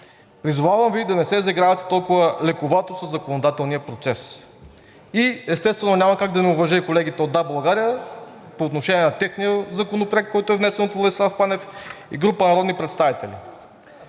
Призовавам Ви да не се заигравате толкова лековато със законодателния процес. И естествено, няма как да не уважа и колегите от „Да, България“ по отношение на техния законопроект, който е внесен от Владислав Панев и група народни представители.